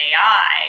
AI